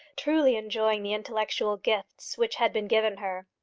truly enjoying the intellectual gifts which had been given her.